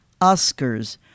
Oscars